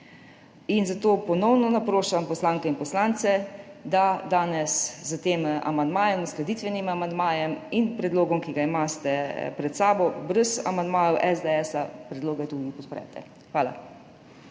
Zato ponovno naprošam poslanke in poslance, da danes s tem uskladitvenim amandmajem in predlogom, ki ga imate pred sabo, brez amandmajev SDS, predloge tudi podprete. Hvala.